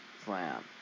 slam